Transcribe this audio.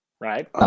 Right